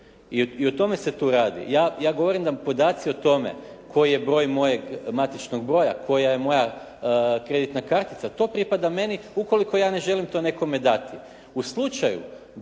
i o tome se tu radi. Ja govorim podaci o tome koji je broj mojeg matičnog broja, koja je moja kreditna kartica to pripada meni ukoliko ja ne želim to nekome dati.